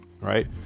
Right